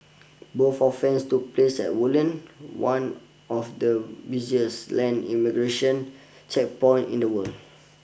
both offences took place at Woodlands one of the busiest land immigration checkpoints in the world